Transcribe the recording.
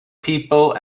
people